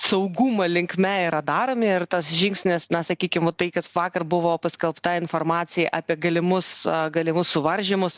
saugumo linkme yra daromi ir tas žingsnis na sakykim va tai kad vakar buvo paskelbta informacija apie galimus galimus suvaržymus